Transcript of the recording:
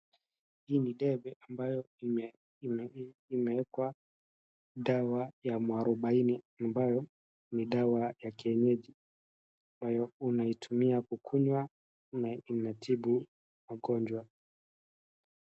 Hii ni debe ambayo imeekwa dawa ya mwarubaini ambayo ni dawa ya kienyeji ambayo unaitumia kukunywa. Inatibu magonjwa.